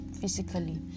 physically